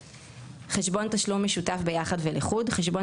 "חשבון תשלום משותף ביחד ולחוד" - חשבון